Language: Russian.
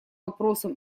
вопросам